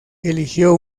eligió